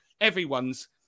everyone's